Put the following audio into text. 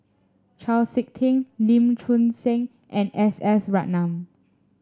Chau SiK Ting Lee Choon Seng and S S Ratnam